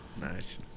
Nice